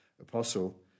apostle